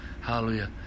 Hallelujah